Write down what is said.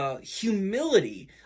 humility